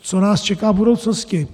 Co nás čeká v budoucnosti?